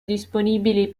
disponibili